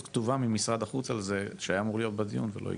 כתובה ממשרד החוץ על זה שהיה אמור להיות בדיון ולא הגיע.